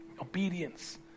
obedience